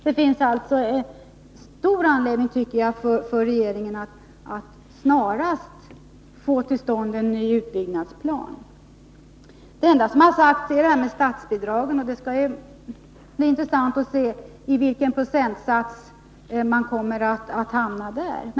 Jag tycker alltså att det finns stor anledning för regeringen att snarast få till stånd en ny utbyggnadsplan. Det enda som sagts gäller detta med statsbidragen, och det skall bli intressant att se på vilken procentsats man där kommer att hamna.